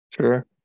Sure